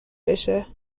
بشه